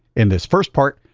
in this first part,